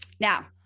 Now